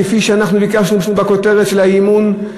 כפי שאנחנו ביקשנו בכותרת האי-אמון,